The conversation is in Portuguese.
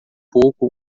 pouco